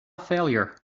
failure